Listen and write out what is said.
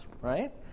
right